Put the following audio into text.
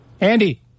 Andy